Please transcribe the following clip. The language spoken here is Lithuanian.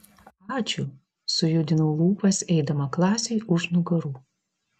ačiū sujudinau lūpas eidama klasei už nugarų